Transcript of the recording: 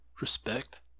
Respect